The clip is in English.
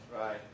Right